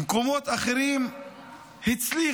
במקומות אחרים הצליחו.